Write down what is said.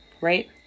right